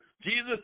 Jesus